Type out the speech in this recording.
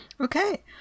Okay